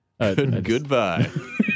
Goodbye